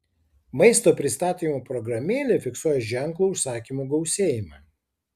maisto pristatymo programėlė fiksuoja ženklų užsakymų gausėjimą